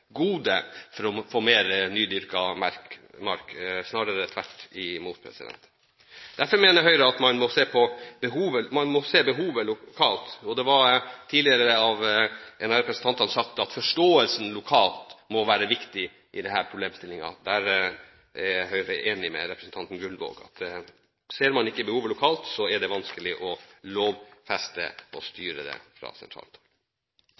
gode for å få mer nydyrket mark, snarere tvert imot. Derfor mener Høyre at man må se behovet lokalt. Det ble tidligere sagt av en av representantene at forståelsen lokalt må være viktig i denne problemstillingen. Høyre er der enig med representanten Gullvåg. Ser man ikke behovet lokalt, er det vanskelig å lovfeste og